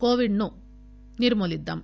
కోవిడ్ను నిర్మూలీద్దాం